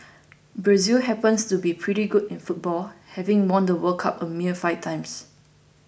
Brazil happens to be pretty good in football having won the World Cup a mere five times